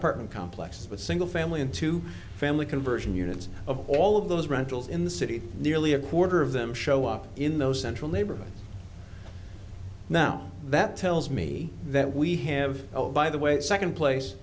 apartment complex but single family into family conversion units of all of those rentals in the city nearly a quarter of them show up in those central neighborhood now that tells me that we have zero by the way the second place